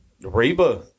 Reba